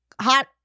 hot